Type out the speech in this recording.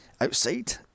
Outside